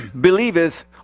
believeth